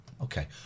Okay